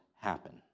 happen